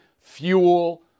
fuel